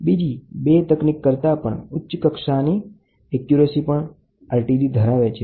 બીજી બે તકનીક કરતાં પણ ઉચ્ચ કક્ષાની એક્યુરસી ધરાવે છે